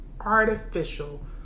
artificial